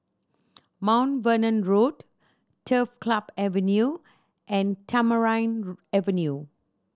Mount Vernon Road Turf Club Avenue and Tamarind Avenue